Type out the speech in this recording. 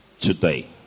today